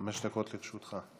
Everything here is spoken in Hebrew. חמש דקות לרשותך.